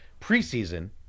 preseason